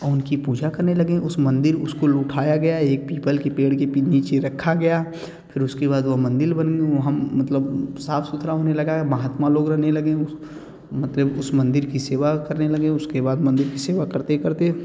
वह उनकी पूजा करने लगे उस मंदिर उसको लो उठाया गया है एक पीपल के पेड़ के नीचे रखा गया फिर उसके बाद वह मंदिर बनी वह हम मतलब साफ सुथरा होने लगा महात्मा लोग रहने लगें उस मतलब उस मंदिर कि सेवा करने लगे उसके बाद मंदिर कि सेवा करते करते